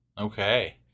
Okay